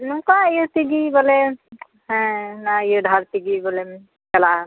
ᱱᱚᱝᱠᱟ ᱤᱭᱟᱹ ᱛᱮᱜᱮ ᱵᱚᱞᱮ ᱦᱮᱸ ᱚᱱᱟ ᱤᱭᱟᱹ ᱰᱟᱦᱟᱨ ᱛᱮᱜᱮ ᱵᱚᱞᱮᱢ ᱪᱟᱞᱟᱜᱼᱟ